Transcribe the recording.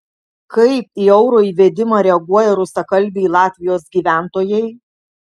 kaip į euro įvedimą reaguoja rusakalbiai latvijos gyventojai